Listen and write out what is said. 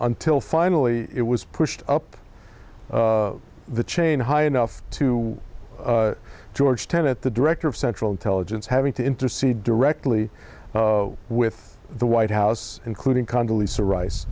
ntil finally it was pushed up the chain high enough to george tenet the director of central intelligence having to intercede directly with the white house including